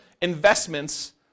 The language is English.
investments